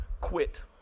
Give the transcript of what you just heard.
quit